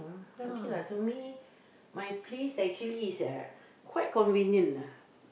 okay lah to me my place actually is uh quite convenient lah